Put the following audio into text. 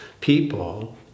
people